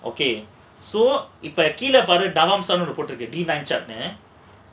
okay so இப்போ கீழ பாரு த்வம்சம்னு ஒன்னு போட்டுருக்கு:ippo keela paaru thvamsamnu onnu potrukku